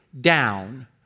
Down